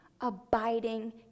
abiding